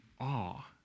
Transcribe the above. awe